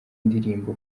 ndirimbo